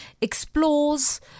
explores